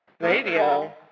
radio